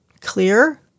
clear